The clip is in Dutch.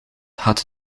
gaat